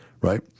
right